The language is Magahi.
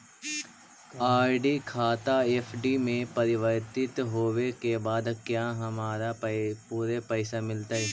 आर.डी खाता एफ.डी में परिवर्तित होवे के बाद क्या हमारा पूरे पैसे मिलतई